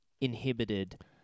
inhibited